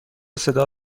صدا